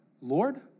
Lord